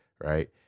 right